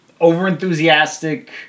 over-enthusiastic